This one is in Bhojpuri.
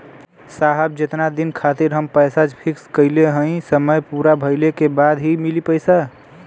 साहब जेतना दिन खातिर हम पैसा फिक्स करले हई समय पूरा भइले के बाद ही मिली पैसा?